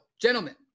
gentlemen